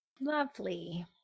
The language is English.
Lovely